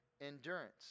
endurance